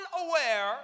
unaware